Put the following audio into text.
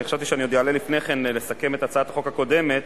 אני חשבתי שאני עוד אעלה לפני כן לסכם את הצעת החוק הקודמת